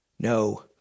No